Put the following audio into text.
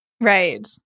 Right